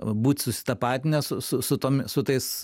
būt susitapatinę su tom su tais